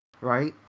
right